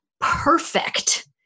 perfect